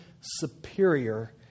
superior